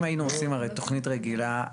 אם היינו עושים הרי תכנית רגילה,